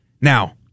Now